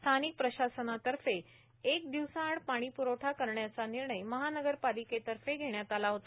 स्थानिक प्रशासनातर्फे एक दिवसाआड पाणी पुरवठा करण्याचा निर्णय महानगरपालिकेतर्फे घेण्यात आला होता